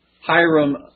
Hiram